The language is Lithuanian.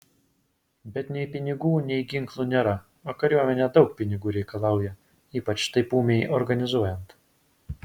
bet nei pinigų nei ginklų nėra o kariuomenė daug pinigų reikalauja ypač taip ūmiai organizuojant